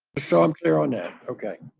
so, i'm clear on that. okay.